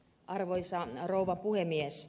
arvoisa rouva puhemies